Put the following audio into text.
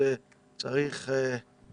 הוא